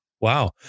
Wow